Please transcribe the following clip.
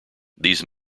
these